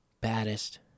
baddest